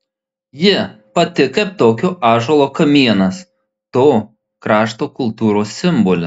ji pati kaip tokio ąžuolo kamienas to krašto kultūros simbolis